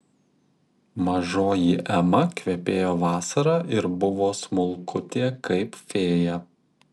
mažoji ema kvepėjo vasara ir buvo smulkutė kaip fėja